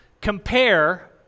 Compare